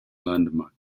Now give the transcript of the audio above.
landmark